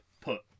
put